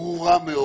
ברורה,